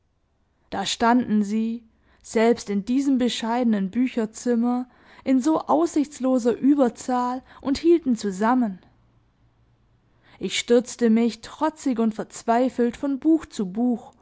da standen sie selbst in diesem bescheidenen bücherzimmer in so aussichtsloser überzahl und hielten zusammen ich stürzte mich trotzig und verzweifelt von buch zu buch